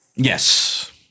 Yes